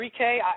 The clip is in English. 3K